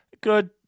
Good